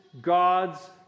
God's